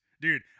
Dude